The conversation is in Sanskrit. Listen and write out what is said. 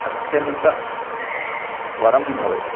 अत्यन्तं वरं भवति